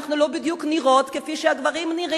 אנחנו לא נראות בדיוק כפי שהגברים נראים.